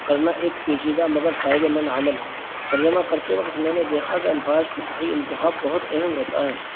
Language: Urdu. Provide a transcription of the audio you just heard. کرنا ایک پیچیدہ مگر فائدے مند عمل ہے ترجمہ کرتے وقت میں نے دیکھا کہ الفاظ کا صحیح انتخاب بہت اہم ہوتا ہے